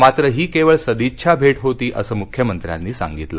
मात्र ही केवळ सदिच्छा भेट होती असं मुख्यमंत्र्यांनी सांगितलं